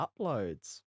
uploads